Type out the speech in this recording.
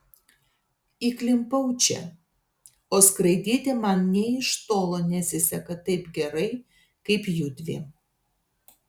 įklimpau čia o skraidyti man nė iš tolo nesiseka taip gerai kaip judviem